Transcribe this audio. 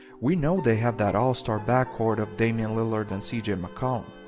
we know they have that all-star backcourt of damian lillard and cj and mccollum.